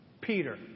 Peter